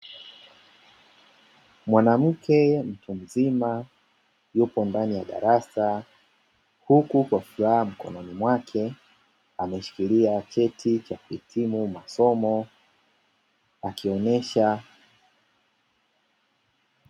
Mwanamke mtu mzima yupo ndani ya darasa. Huku kwa furaha mkononi mwake, ameshikilia cheti cha kuhitimu masomo akionesha.